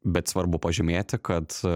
bet svarbu pažymėti kad